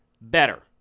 better